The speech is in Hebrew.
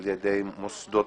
לפני קריאה שנייה